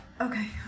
Okay